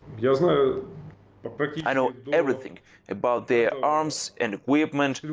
you know but but yeah i know everything about their arms and equipment,